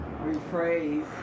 Rephrase